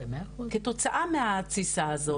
כתוצאה מהתסיסה הזאת.